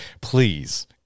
please